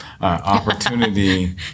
opportunity